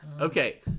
Okay